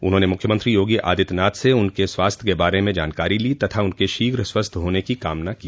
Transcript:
राज्यपाल ने मुख्यमंत्री योगी आदित्यनाथ से उनके स्वास्थ्य के बारे में जानकारी ली तथा उनके शीघ्र स्वस्थ होने की कामना की